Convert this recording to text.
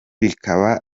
bikaba